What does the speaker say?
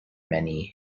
many